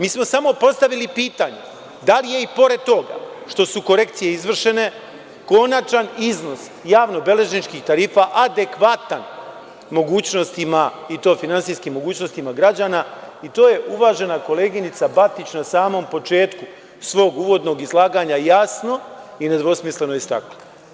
Mi smo samo postavili pitanje – da li je i pored toga što su korekcije izvršene konačan iznos javnobeležničkih tarifa adekvatan mogućnostima i to finansijskim mogućnostima građana i to je uvažena koleginica Batić na samom početku svog uvodnog izlaganja jasno i nedvosmisleno istakla.